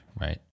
right